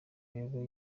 rero